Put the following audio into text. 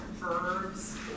verbs